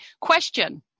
Question